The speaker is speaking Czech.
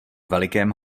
velikém